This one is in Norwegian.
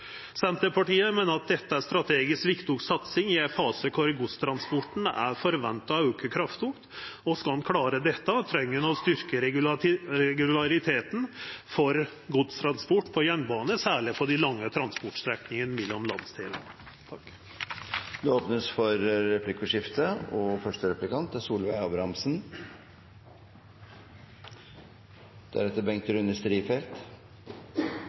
Senterpartiet meiner at dette er ei strategisk viktig satsing i ein fase der godstransporten er forventa å auka kraftig. Skal ein klara dette, treng ein å styrkja regulariteten for godstransport på jernbane, særleg på dei lange transportstrekningane mellom landsdelane. Det blir replikkordskifte. Posten Noreg har vore igjennom store endrings- og